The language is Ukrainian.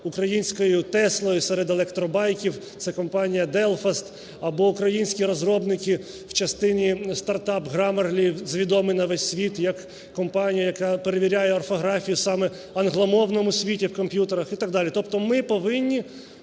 українською "Теслою" серед електробайків - це компанія Delfast, або українські розробники в частині стартап Grammarly відомий на весь світ як компанія, яка перевіряє орфографію саме в англомовному світі в комп'ютерах і так далі. Тобто ми повинні